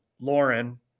Lauren